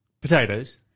Potatoes